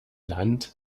land